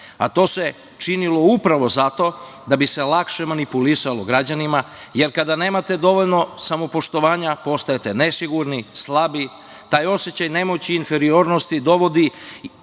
a to se činilo upravo zato da bi se lakše manipulisalo građanima, jer kada nemate dovoljno samopoštovanja postajete nesigurni, slabi, taj osećaj nemoći i inferiornosti dovodio